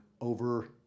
over